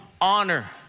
honor